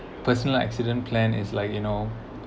personal accident plan is like you know